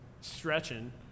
stretching